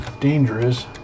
dangerous